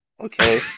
okay